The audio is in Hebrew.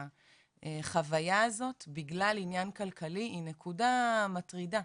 מהחוויה הזו בגלל עניין כלכלי היא נקודה מטרידה.